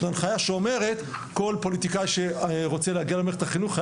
זה הנחייה שאומרת כל פוליטיקאי שרוצה להגיע למערכת החינוך,